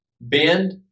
bend